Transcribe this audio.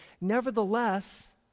Nevertheless